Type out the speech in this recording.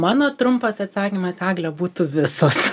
mano trumpas atsakymas egle būtų visos